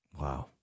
Wow